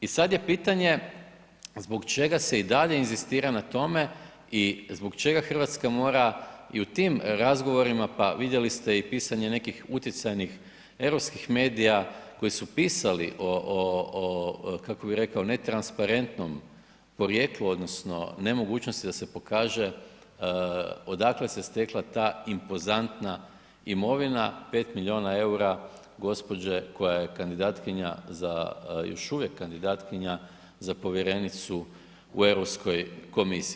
I sad je pitanje zbog čega se i dalje inzistira na tome i zbog čega RH mora i u tim razgovorima, pa vidjeli ste i pisanje nekih utjecajnih europskih medija koji su pisali o, o, o, kako bi rekao, netransparentnom porijeklu odnosno nemogućnosti da se pokaže odakle se stekla ta impozantna imovina, 5 milijuna EUR-a gđe. koja je kandidatkinja za, još uvijek kandidatkinja, za povjerenicu u Europskoj komisiji.